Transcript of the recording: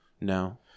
No